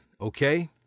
Okay